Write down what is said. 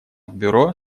бюро